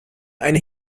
eine